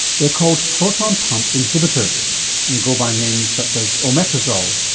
they're called proton pump inhibitors and go by names such as omeprazole,